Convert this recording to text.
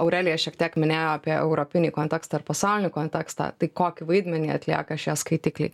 aurelija šiek tiek minėjo apie europinį kontekstą ir pasaulinį kontekstą tai kokį vaidmenį atlieka šie skaitikliai